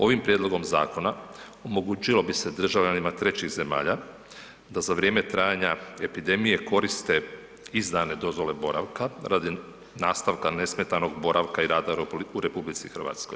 Ovim prijedlogom zakona omogućilo bi se državljanima trećih zemalja da za vrijeme trajanja epidemije koriste izdane dozvole boravka radi nastavka nesmetanog boravka i rada u RH.